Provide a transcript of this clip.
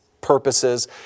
purposes